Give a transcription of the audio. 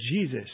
Jesus